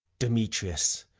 demetrius,